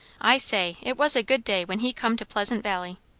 i say, it was a good day when he come to pleasant valley.